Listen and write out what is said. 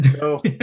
No